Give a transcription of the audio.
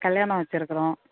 கல்யாணம் வெச்சிருக்கறோம்